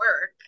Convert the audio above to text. work